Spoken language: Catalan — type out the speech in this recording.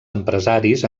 empresaris